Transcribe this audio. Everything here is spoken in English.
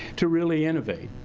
to really innovate.